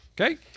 okay